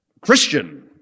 Christian